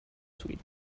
sweden